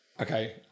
okay